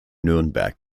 nürnberg